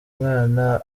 mwana